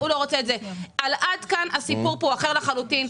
לגבי עמותת "עד כאן" הסיפור פה הוא אחר לחלוטין,